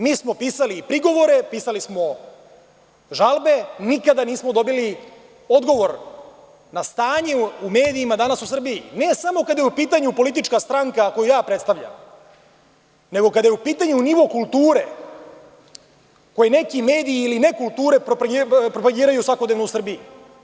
Mi smo pisali prigovore, pisali smo žalbe, nikada nismo dobili odgovor na stanje u medijima danas u Srbiji, ne samo kada je u pitanju politička stranka koju ja predstavljam, nego kada je u pitanju nivo kulture koje neki mediji ili nekulture propagiraju svakodnevno u Srbiji.